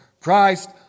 Christ